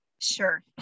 Sure